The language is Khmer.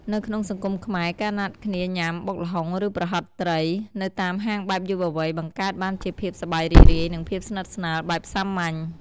នៅក្នុងសង្គមខ្មែរ ការណាត់គ្នាញ៉ាំ "បុកល្ហុង" ឬ "ប្រហិតត្រី" នៅតាមហាងបែបយុវវ័យ បង្កើតបានជាភាពសប្បាយរីករាយ និងភាពស្និទ្ធស្នាលបែបសាមញ្ញ។